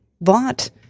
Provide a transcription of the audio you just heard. bought